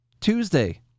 Tuesday